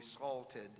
salted